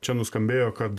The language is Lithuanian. čia nuskambėjo kad